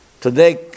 Today